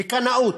בקנאות.